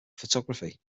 photography